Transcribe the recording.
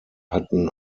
hatten